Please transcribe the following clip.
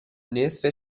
نصف